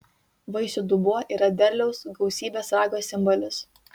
vaisių dubuo yra derliaus gausybės rago simbolis